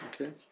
Okay